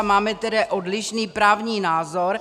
Máme tedy odlišný právní názor.